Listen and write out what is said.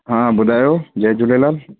हा ॿुधायो जय झूलेलाल